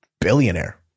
billionaire